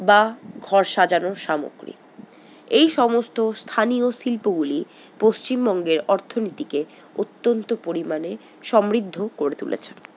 বা ঘর সাজানোর সামগ্রী এই সমস্ত স্থানীয় শিল্পগুলি পশ্চিমবঙ্গের অর্থনীতিকে অত্যন্ত পরিমাণে সমৃদ্ধ করে তুলেছে